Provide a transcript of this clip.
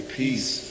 peace